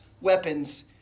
weapons